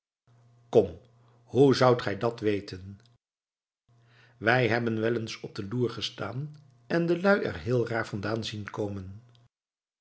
kom hoe zoudt gij dat weten wij hebben wel eens op den loer gestaan en de lui er heel raar vandaan zien komen